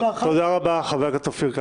תודה רבה, חבר הכנסת אופיר.